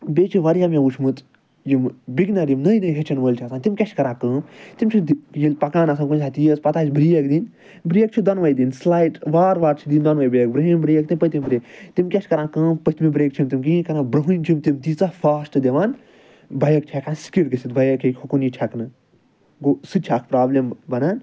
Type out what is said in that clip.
بیٚیہِ چھُ واریاہ مےٚ وُچھمُت یِم بِگنَر یِم نٔے نٔے ہیٚچھن وٲلۍ چھِ آسان تِم کیٛاہ چھِ کران کٲم تِم چھِنہٕ ییٚلہِ پَکان آسان کُنہِ ساتہٕ تیز پَتہٕ آسہِ برٛیک دِنۍ برٛیک چھِ دۄنؤے دِنۍ سِلایِٹ وارٕ وارٕ چھِ دِنۍ دۄنؤے برٛیک برٛونٛہِم برٛیک تہٕ پٔتِم برٛیک تِم کیٛاہ چھِ کران کٲم پٔتمہِ برٛیکہِ چھِنہٕ تِم کِہیٖنۍ کران برٛونٛہِم چھِ تِم تیٖژاہ فاسٹہٕ دِوان بایِک چھِ ہیٚکان سِکِڈ گٔژھِتھ بایِک ہیٚکہِ ہُکُن یی چھَکنہٕ گوٚو سُہ تہِ چھِ اکھ پرٛابلِم بَنان